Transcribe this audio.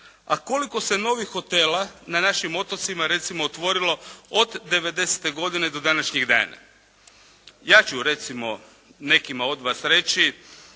A koliko se novih hotela na našim otocima recimo otvorilo od '90. godine do današnjeg dana. Ja ću recimo nekima od vas reći